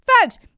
folks